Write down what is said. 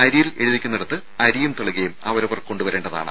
അരിയിൽ എഴുതിക്കുന്നിടത്ത് അരിയും തളികയും അവരവർ കൊണ്ടുവരേണ്ടതാണ്